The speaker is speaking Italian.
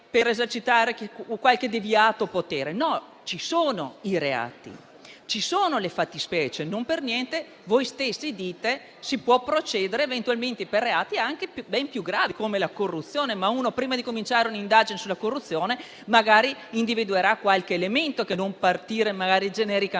per esercitare qualche deviato potere. No: i reati e le fattispecie ci sono. Non per niente voi stessi dite che si può procedere eventualmente per reati anche ben più gravi, come la corruzione. Prima però di cominciare un'indagine sulla corruzione, si individuerà magari qualche elemento per non partire genericamente